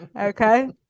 Okay